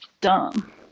dumb